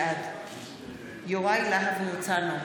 בעד יוראי להב הרצנו,